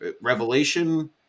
revelation